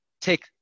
take